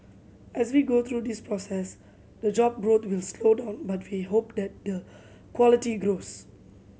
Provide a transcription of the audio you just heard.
as we go through this process the job growth will slow down but we hope that the quality grows